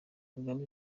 kagame